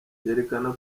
byerekana